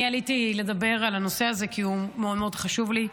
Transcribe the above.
אני עליתי לדבר על הנושא הזה כי הוא מאוד מאוד חשוב לי.